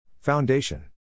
Foundation